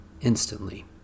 instantly